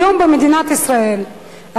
היום במדינת ישראל,